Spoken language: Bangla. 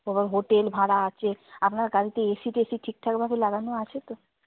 হোটেল ভাড়া আছে আপনার গাড়িতে এ সি টেসি ঠিকঠাকভাবে লাগানো আছে তো